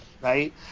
right